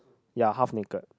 ya half naked